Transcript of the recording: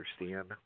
understand